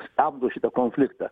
stabdo šitą konfliktą